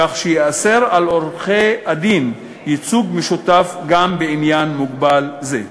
כך שייאסר על עורכי-הדין ייצוג משותף גם בעניין מוגבל זה.